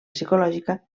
psicològica